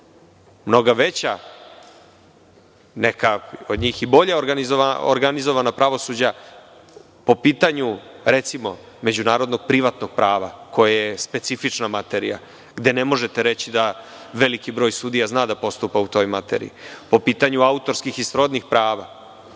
Mnoga veća, neka od njih i bolje organizovana pravosuđa, po pitanju recimo međunarodnog privatnog prava koje je specifična materija, gde ne možete reći da veliki broj sudija zna da postupa u toj materiji, po pitanju autorskih i srodnih prava,